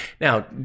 Now